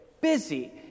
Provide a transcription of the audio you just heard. busy